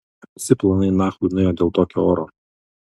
visi planai nachui nuėjo dėl tokio oro